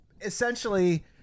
essentially